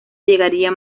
llegaría